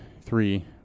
three